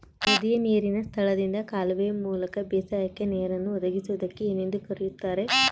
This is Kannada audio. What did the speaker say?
ನದಿಯ ನೇರಿನ ಸ್ಥಳದಿಂದ ಕಾಲುವೆಯ ಮೂಲಕ ಬೇಸಾಯಕ್ಕೆ ನೇರನ್ನು ಒದಗಿಸುವುದಕ್ಕೆ ಏನೆಂದು ಕರೆಯುತ್ತಾರೆ?